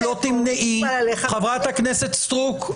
חברת הכנסת סטרוק,